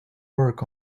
work